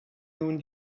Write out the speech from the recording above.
nun